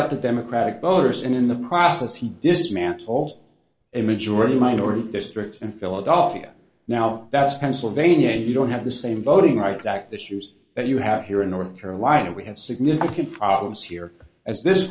out the democratic voters and in the process he dismantled a majority minority district in philadelphia now that's pennsylvania and you don't have the same voting rights act the shoes that you have here in north carolina we have significant problems here as this